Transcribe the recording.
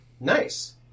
Nice